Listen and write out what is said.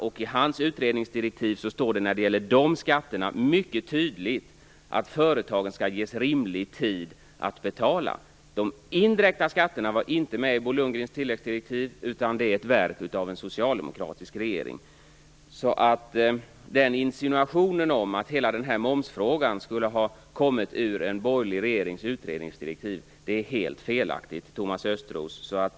När det gäller dessa skatter står det mycket tydligt i hans utredningsdirektiv att företagen skall ges rimlig tid att betala. De indirekta skatterna fanns inte med i Bo Lundgrens tilläggsdirektiv, utan det är ett verk av en socialdemokratisk regering. Insinuationen om att hela den här momsfrågan skulle har sprungit ur en borgerlig regerings utredningsdirektiv är helt felaktigt, Thomas Östros.